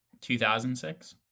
2006